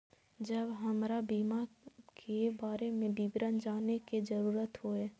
जब हमरा बीमा के बारे में विवरण जाने के जरूरत हुए?